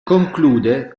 conclude